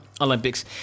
Olympics